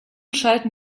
schalten